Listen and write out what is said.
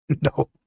No